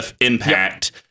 impact